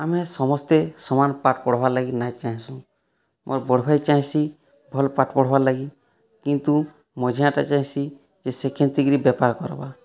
ଆମେ ସମସ୍ତେ ସମାନ ପାଠ ପଢ଼ବାର୍ ଲାଗି ନାଇ ଚାହିଁସୁ ମୋର ବଡ଼ ଭାଇ ଚାହିଁସି ଭଲ ପାଠ ପଢ଼ବାର ଲାଗି କିନ୍ତୁ ମଝିଆଟା ଚାହିଁସି ଯେ ସେ କେନ୍ତିକିରି ବେପାର କର୍ବା